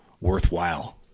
worthwhile